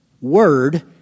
word